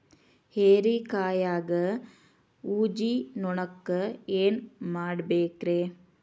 ಹೇರಿಕಾಯಾಗ ಊಜಿ ನೋಣಕ್ಕ ಏನ್ ಮಾಡಬೇಕ್ರೇ?